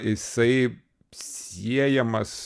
jisai siejamas